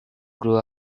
grew